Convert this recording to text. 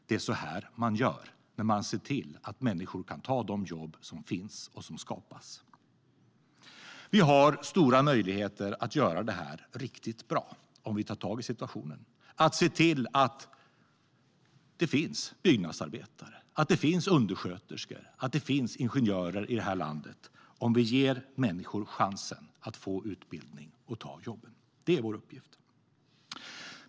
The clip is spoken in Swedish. Det är så här man gör när man ser till att människor kan ta de jobb som finns och som skapas. Vi har stora möjligheter att göra detta riktigt bra om vi tar tag i situationen - se till att det finns byggnadsarbetare, att det finns undersköterskor och att det finns ingenjörer i det här landet - och om vi ger människor chansen att få utbildning och ta jobb. Det är vår uppgift.